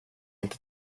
inte